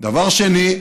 דבר שני,